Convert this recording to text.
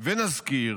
ונזכיר